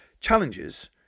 challenges